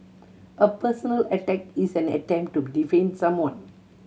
a personal attack is an attempt to defame someone